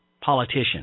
politician